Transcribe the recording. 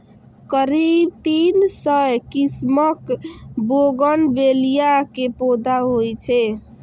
करीब तीन सय किस्मक बोगनवेलिया के पौधा होइ छै